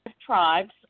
tribes